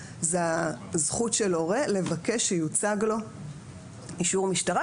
זה הזכות של הורה לבקש שיוצג לו אישור משטרה,